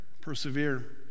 persevere